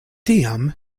tiam